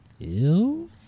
Ew